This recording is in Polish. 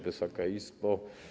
Wysoka Izbo!